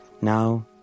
Now